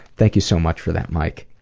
thank you so much for that, mike.